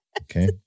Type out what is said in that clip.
Okay